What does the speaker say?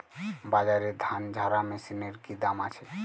বাজারে ধান ঝারা মেশিনের কি দাম আছে?